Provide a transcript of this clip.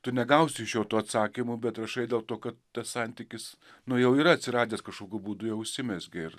tu negausi iš jo to atsakymo bet rašai dėl to kad tas santykis nu jau yra atsiradęs kažkokiu būdu jau užsimezgė ir